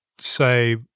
say